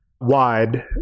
wide